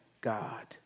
God